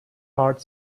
heart